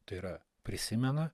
tai yra prisimena